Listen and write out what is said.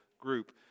group